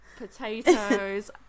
potatoes